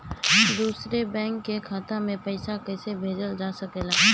दूसरे बैंक के खाता में पइसा कइसे भेजल जा सके ला?